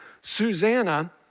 Susanna